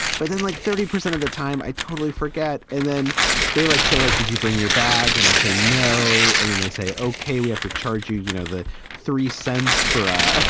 but then like thirty percent of the time, i totally forget. and then they like say like, did you bring your bag? and i say, no. and then they say, okay, we have to charge you, you know, the three cents for ah